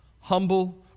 Humble